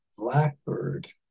Blackbird